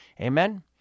Amen